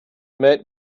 met